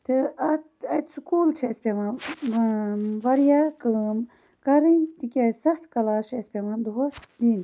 تہٕ اتھ اَتہِ سُکول چھ اَسہِ پیٚوان واریاہ کٲم کَرٕنۍ تکیاز ستھ کلاس چھِ اَسہِ پیٚوان دۄہَس دِن